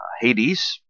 Hades